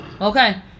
Okay